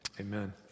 Amen